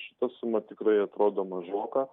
šita suma tikrai atrodo mažoka